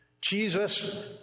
Jesus